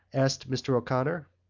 asked mr. o'connor.